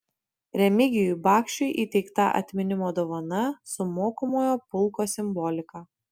remigijui bakšiui įteikta atminimo dovana su mokomojo pulko simbolika